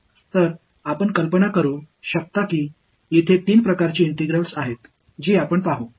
எனவே நீங்கள் நினைத்துப் பார்க்கிறபடி மூன்று வகையான இன்டெக்ரால்ஸ் பார்க்க உள்ளோம்